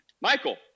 Michael